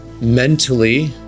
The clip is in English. Mentally